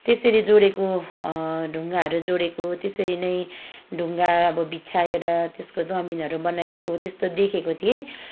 त्यसरी जोडेको ढुङ्गाहरू जोडेको त्यसरी नै ढुङ्गा अब बिछ्याएर त्यसको जमिनहरू बनाइएको त्यस्तो देखेको थिएँ